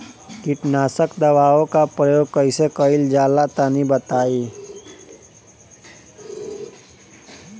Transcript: कीटनाशक दवाओं का प्रयोग कईसे कइल जा ला तनि बताई?